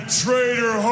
traitor